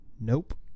Nope